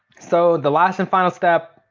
so the last and final step,